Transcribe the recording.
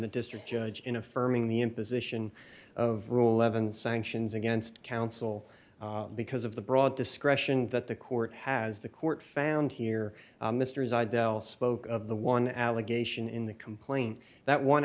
the district judge in affirming the imposition of ruhleben sanctions against counsel because of the broad discretion that the court has the court found here misters idel spoke of the one allegation in the complaint that one